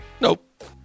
Nope